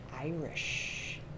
Irish